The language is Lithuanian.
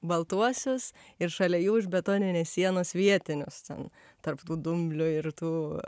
baltuosius ir šalia jų už betoninės sienos vietinius ten tarp tų dumblių ir tų